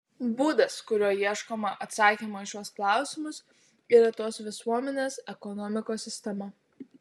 būdas kuriuo ieškoma atsakymo į šiuos klausimus yra tos visuomenės ekonomikos sistema